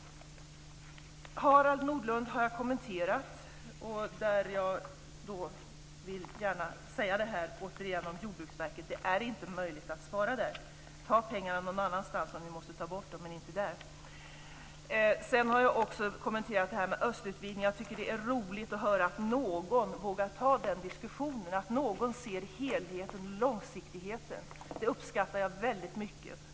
Jag har redan kommenterat det som Harald Nordlund sade. Jag vill bara återigen säga att det inte är möjligt att spara på Jordbruksverket. Ta pengarna någon annanstans om ni måste ta bort dem, men inte därifrån! Jag har också kommenterat detta med östutvidgningen. Jag tycker att det är roligt att någon vågar ta upp den diskussionen, att någon ser helheten och långsiktigheten. Det uppskattar jag väldigt mycket.